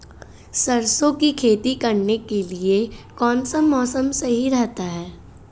सरसों की खेती करने के लिए कौनसा मौसम सही रहता है?